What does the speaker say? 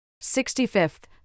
Sixty-fifth